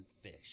fish